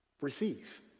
Receive